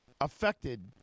affected